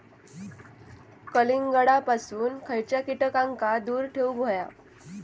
कलिंगडापासून खयच्या कीटकांका दूर ठेवूक व्हया?